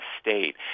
state